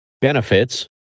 Benefits